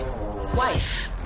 Wife